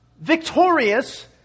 victorious